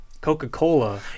Coca-Cola